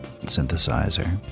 synthesizer